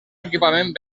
equipament